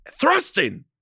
Thrusting